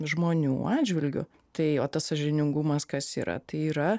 žmonių atžvilgiu tai o tas sąžiningumas kas yra tai yra